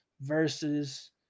versus